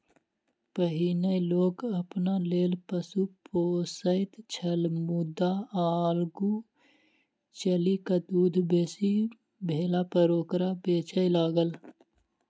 पहिनै लोक अपना लेल पशु पोसैत छल मुदा आगू चलि क दूध बेसी भेलापर ओकरा बेचय लागल